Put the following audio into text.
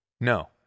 No